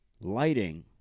lighting